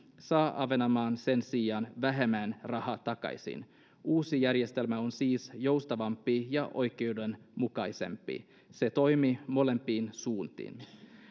saa ahvenanmaa sen sijaan vähemmän rahaa takaisin uusi järjestelmä on siis joustavampi ja oikeudenmukaisempi se toimii molempiin suuntiin